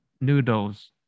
noodles